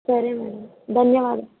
సరేనండి ధన్యవాదం